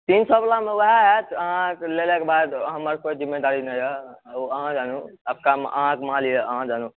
तीन सए वलामे वएह हैत अहाँके ले लाक बाद हमर कोनो ज़िम्मेदारी नहि रहत ओ अहाँ जानू अहाँके माल यऽ अहाँ जानू